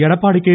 Edappadi K